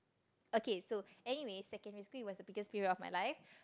okay so anyway secondary school it was the biggest period of my life